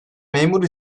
memur